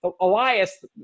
Elias